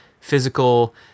physical